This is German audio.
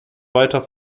weiter